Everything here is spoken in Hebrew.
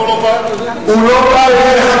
למה הוא לא בא לפה?